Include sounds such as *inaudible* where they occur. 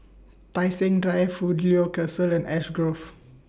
Tai Seng Drive Fidelio *unintelligible* and Ash Grove